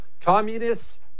Communists